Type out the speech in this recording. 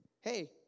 hey